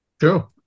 Sure